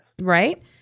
Right